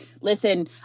Listen